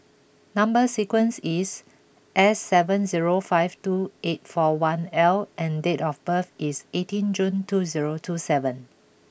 number sequence is S seven zero five two eight four one L and date of birth is eighteen June two zero two seven